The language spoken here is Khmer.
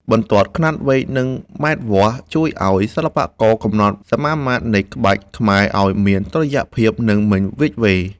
បន្ទាត់ខ្នាតវែង និងម៉ែត្រវាស់ ជួយឱ្យសិល្បករកំណត់សមាមាត្រនៃក្បាច់ខ្មែរឱ្យមានតុល្យភាព និងមិនវៀចវេរ។